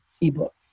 ebook